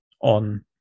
on